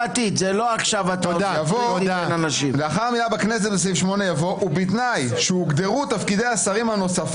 "ביום" בסעיף 8 יבוא "פיזור הכנסת העשרים-ושש",